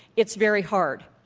it's very hard.